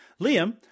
Liam